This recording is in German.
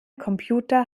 computer